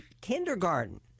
kindergarten